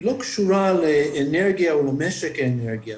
לא קשורה לאנרגיה או למשק האנרגיה.